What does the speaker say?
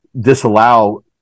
disallow